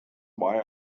why